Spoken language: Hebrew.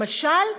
למשל,